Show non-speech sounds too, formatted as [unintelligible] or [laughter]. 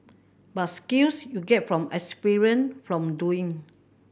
but skills you get from [unintelligible] from doing